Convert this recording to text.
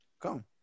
come